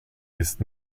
ist